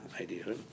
idea